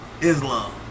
Islam